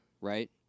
right